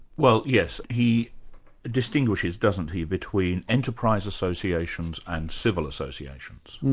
well yes, he distinguishes, doesn't he, between enterprise associations and civil associations.